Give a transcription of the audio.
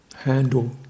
Handle